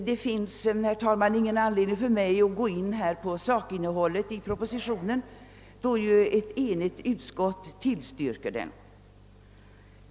Det finns ingen anledning för mig att gå in på sakinnehållet i propositionen, då ju ett enigt utskott tillstyrker den.